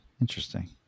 Interesting